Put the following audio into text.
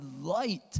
light